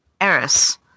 Eris